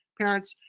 parents,